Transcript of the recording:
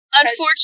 unfortunately